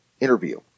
interview